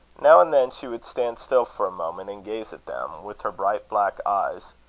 now and then she would stand still for a moment, and gaze at them, with her bright black eyes,